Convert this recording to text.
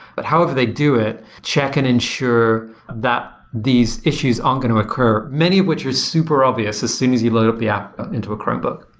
but however they do it, check in and ensure that these issues aren't going to occur. many which are super obvious as soon as you load up the app into a chromebook.